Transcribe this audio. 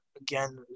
again